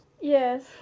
Yes